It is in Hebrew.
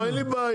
לא, אין לי בעיה.